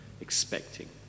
expecting